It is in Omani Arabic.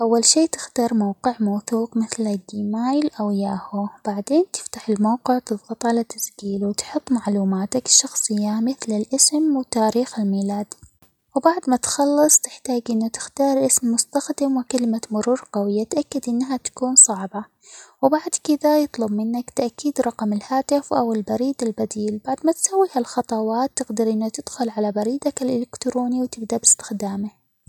أول شيء تختار موقع موثوق مثل جيميل، أو ياهو، بعدين تفتح الموقع تظغط على تسجيل، وتحط معلوماتك الشخصية ،مثل: الاسم، وتاريخ الميلاد، وبعد ما تخلص تحتاج إنه تختار اسم مستخدم وكلمه مرور قوية تأكد إنها تكون صعبة وبعد كذا يطلب منك تأكيد رقم الهاتف، أو البريد البديل، بعد ما تسوي هالخطوات تقدر إنه تدخل على بريدك الالكتروني وتبدأ باستخدامه.